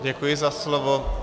Děkuji za slovo.